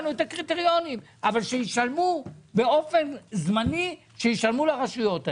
את הקריטריונים אבל שישלמו באופן זמני לרשויות האלה.